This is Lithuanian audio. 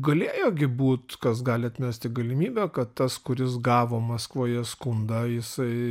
galėjo gi būt kas gali atmesti galimybę kad tas kuris gavo maskvoje skundą jisai